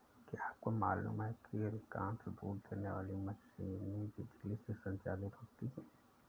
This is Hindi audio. क्या आपको मालूम है कि अधिकांश दूध देने वाली मशीनें बिजली से संचालित होती हैं?